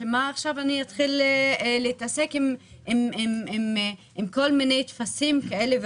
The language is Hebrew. שמה עכשיו אני אתחיל להתעסק עם כל מיני טפסים כאלה ואחרים.